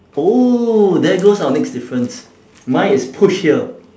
oh there goes our next difference mine is push here